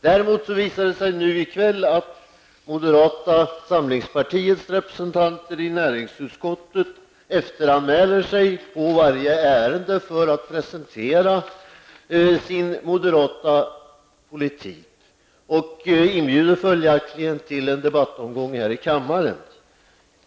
Däremot visar det sig nu i kväll att moderata samlingspartiets representanter i näringsutskottet efteranmäler sig i varje ärende för att presentera sin moderata politik och följaktligen inbjuder till en debattomgång här i kammaren.